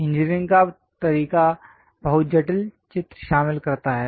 engineering का तरीका बहुत जटिल चित्र शामिल करता है